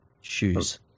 Shoes